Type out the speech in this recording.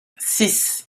six